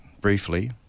briefly